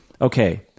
Okay